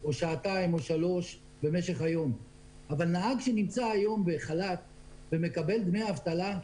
או שעתיים או שלוש במשך היום אבל נהג שנמצא היום בחל"ת ומקבל דמי אבטלה,